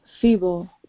feeble